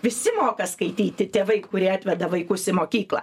visi moka skaityti tėvai kurie atveda vaikus į mokyklą